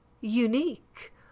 unique